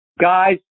guys